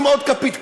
נשים עוד כפית.